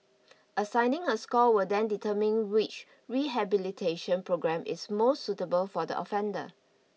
assigning a score will then determine which rehabilitation programme is most suitable for the offender